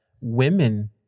women